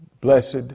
blessed